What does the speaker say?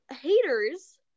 haters